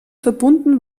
verbunden